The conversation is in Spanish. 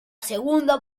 segunda